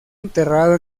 enterrado